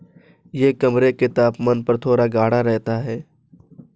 यह कमरे के तापमान पर थोड़ा गाढ़ा रहता है